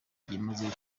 byimazeyo